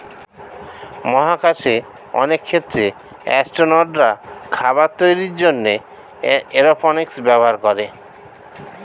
মহাকাশে অনেক ক্ষেত্রে অ্যাসট্রোনটরা খাবার তৈরির জন্যে এরওপনিক্স ব্যবহার করে